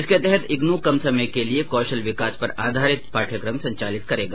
इसके तहत इग्नू कम समय के लिये कौशल विकास पर आधारित पाठयकम संचालित करेगा